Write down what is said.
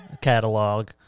catalog